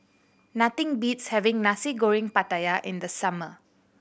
nothing beats having Nasi Goreng Pattaya in the summer